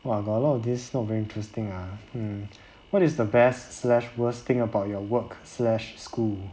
!wah! got a lot of this not very interesting ah hmm what is the best slash worst thing about your work slash school